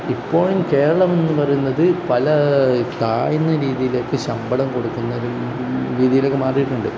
ഇപ്പോൾ കേരളം എന്നു പറയുന്നത് പല താഴ്ന്ന രീതിയിലേക്ക് ശമ്പളം കൊടുക്കുന്ന ഒരു രീതിയിലൊക്കെ മാറിയിട്ടുണ്ട്